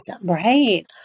Right